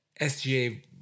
SGA